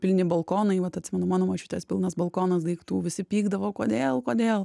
pilni balkonai vat atsimenu mano močiutės pilnas balkonas daiktų visi pykdavo kodėl kodėl